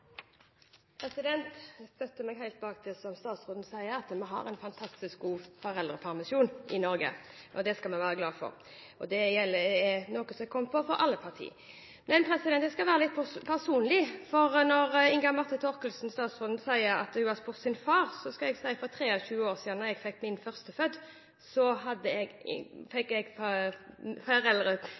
Jeg stiller meg bak det som statsråden sier, at vi har fantastisk god foreldrepermisjon i Norge. Det skal vi være glade for, og det er noe som kommer fra alle partiene. Jeg skal være litt personlig. Når statsråd Inga Marte Thorkildsen sier at hun har spurt sin far, vil jeg si at for 23 år siden, da jeg fikk min førstefødte, tok jeg foreldrepermisjon, men min mann, som var helt i oppstarten av et privat firma, hadde